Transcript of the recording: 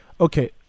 Okay